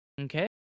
Okay